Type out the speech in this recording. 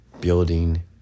building